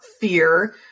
fear